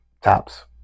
tops